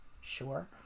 sure